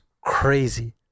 crazy